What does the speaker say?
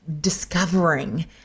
discovering